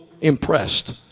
impressed